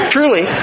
Truly